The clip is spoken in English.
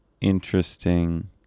interesting